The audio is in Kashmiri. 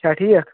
چھا ٹھیٖک